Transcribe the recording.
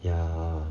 ya